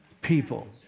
people